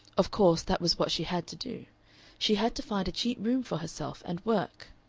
of course that was what she had to do she had to find a cheap room for herself and work!